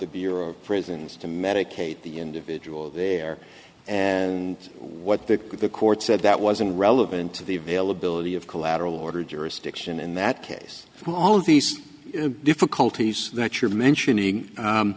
the bureau of prisons to medicate the individual there and what the court said that wasn't relevant to the availability of collateral order jurisdiction in that case all of these difficulties that you're mentioning